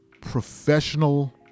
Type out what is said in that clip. professional